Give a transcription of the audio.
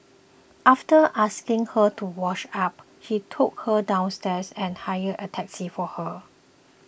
after asking her to wash up he took her downstairs and hailed a taxi for her